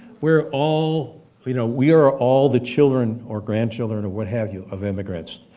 we're all you know, we are all the children or grandchildren and what have you of immigrants.